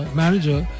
manager